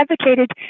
advocated